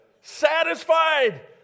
Satisfied